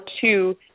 two